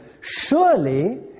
Surely